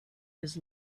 his